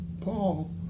Paul